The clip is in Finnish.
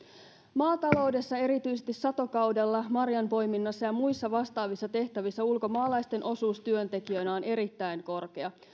maataloudessa erityisesti satokaudella marjanpoiminnassa ja muissa vastaavissa tehtävissä ulkomaalaisten osuus työntekijöinä on erittäin korkea